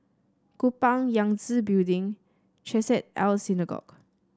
Kupang Yangtze Building Chesed El Synagogue